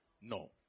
No